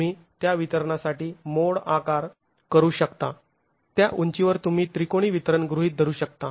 तुम्ही त्या वितरणासाठी मोड आकार करू शकता त्या उंचीवर तुम्ही त्रिकोणी वितरण गृहीत धरू शकता